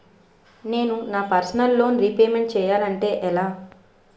నేను నా personal loan repayment చేయాలంటే ఎలా?